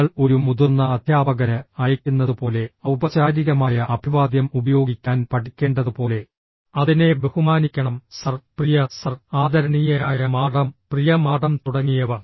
നിങ്ങൾ ഒരു മുതിർന്ന അധ്യാപകന് അയയ്ക്കുന്നതുപോലെ ഔപചാരികമായ അഭിവാദ്യം ഉപയോഗിക്കാൻ പഠിക്കേണ്ടതുപോലെ അതിനെ ബഹുമാനിക്കണം സർ പ്രിയ സർ ആദരണീയയായ മാഡം പ്രിയ മാഡം തുടങ്ങിയവ